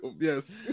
Yes